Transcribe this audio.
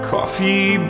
Coffee